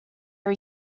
are